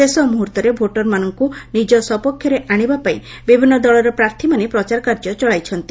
ଶେଷ ମୁହ୍ରର୍ଭରେ ଭୋଟରଙ୍କୁ ନିଜ ସପକ୍ଷରେ ଆଶିବା ପାଇଁ ବିଭିନ୍ନ ଦଳର ପ୍ରାର୍ଥୀମାନେ ପ୍ରଚାର କାର୍ଯ୍ୟ ଚଳାଇଛନ୍ତି